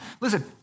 Listen